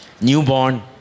Newborn